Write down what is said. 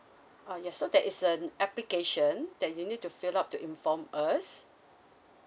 uh yes so that is an application that you need to fill up to inform us